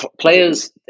players